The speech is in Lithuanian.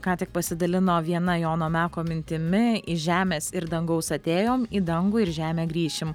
ką tik pasidalino viena jono meko mintimi iš žemės ir dangaus atėjom į dangų ir žemę grįšim